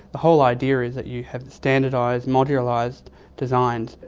the whole idea is that you have the standardised, modularised designs.